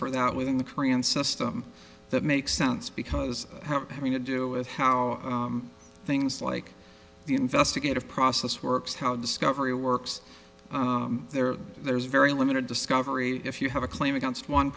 for that within the korean system that makes sense because having to do with how things like the investigative process works how discovery works there there's very limited discovery if you have a claim against one